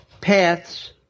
paths